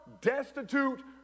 destitute